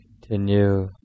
Continue